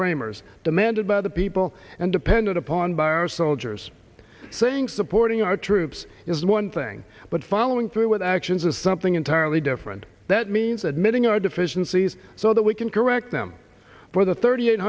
framers demanded by the people and depended upon by our soldiers saying supporting our troops is one thing but following through with actions is something entirely different that means admitting our deficiencies so that we can correct them for the thirty eight